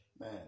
man